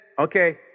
Okay